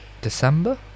December